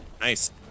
nice